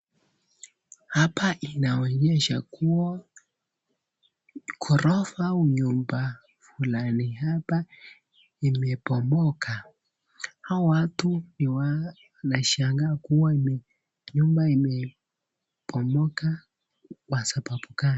Hapa inaonyesha kuwa ghorofa au nyumba fulani hapa imebomoka, hawa watu wanashangaa kuwa nyumba imebomoka kwa sababu gani.